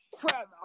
crap